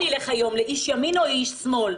תלך היום לאיש ימין או לאיש שמאל.